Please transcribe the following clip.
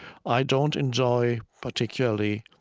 i don't enjoy particularly